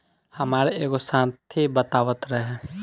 हामार एगो साथी बतावत रहे